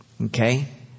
Okay